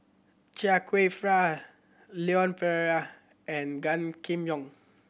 Chia Kwek Fah Leon Perera and Gan Kim Yong